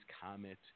Comet